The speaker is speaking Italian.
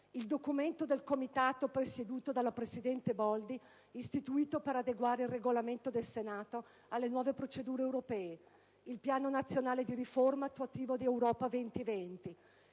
al documento del Comitato presieduto dalla presidente Boldi istituito per adeguare il Regolamento del Senato alle nuove procedure europee, al piano nazionale di riforma attuativa di Europa 2020